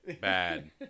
Bad